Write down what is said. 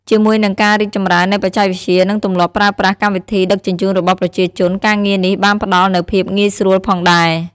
ជាមួយនឹងការរីកចម្រើននៃបច្ចេកវិទ្យា និងទម្លាប់ប្រើប្រាស់កម្មវិធីដឹកជញ្ជូនរបស់ប្រជាជន ការងារនេះបានផ្តល់នូវភាពងាយស្រួលផងដែរ។